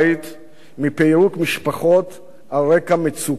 מפירוק משפחות על רקע מצוקה כלכלית?